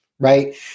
Right